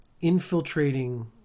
infiltrating